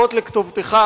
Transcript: לטובתך,